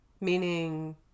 Meaning